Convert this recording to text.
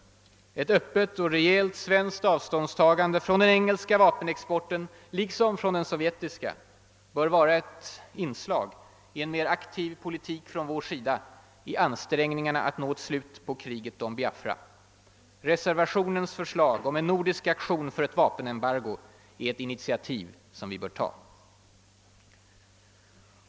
Ett öppet och rejält svenskt avståndstagande från den engelska vapenexporten — liksom från den sovjetiska — bör vara ett inslag i en mer aktiv politik från vår sida i ansträngningarna på att få ett slut på kriget om Biafra. Reservationens förslag om en nordisk aktion för ett vapenembargo är ett initiativ som vi bör ta.